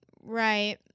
right